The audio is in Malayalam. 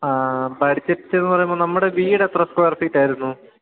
ആഹ്ഹ ബഡ്ജറ്റ് എന്നുപറയുമ്പോള് നമ്മുടെ വീട് എത്ര സ്ക്വയർ ഫീറ്റായിരുന്നു